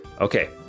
Okay